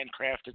handcrafted